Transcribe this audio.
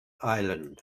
ireland